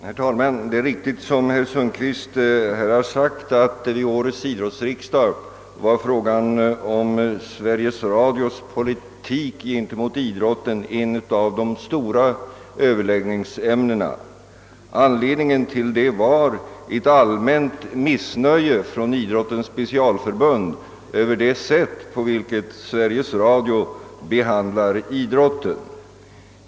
Herr talman! Det är riktigt som herr Sundkvist sagt att vid årets idrottsriksdag var frågan om Sveriges Radios politik gentemot idrotten ett av de stora överläggningsämnena. Anledningen därtill var ett allmänt missnöje hos idrottens specialförbund över det sätt på vilket Sveriges Radio behandlar idrot ten.